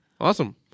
Awesome